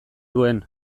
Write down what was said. duen